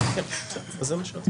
חושב שהבנו,